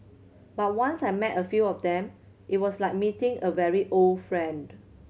but once I met a few of them it was like meeting a very old friend